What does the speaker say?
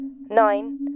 nine